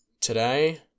Today